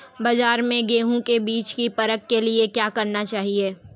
बाज़ार में गेहूँ के बीज की परख के लिए क्या करना चाहिए?